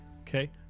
Okay